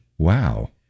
wow